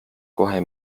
kohe